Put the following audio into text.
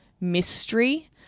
mystery